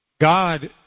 God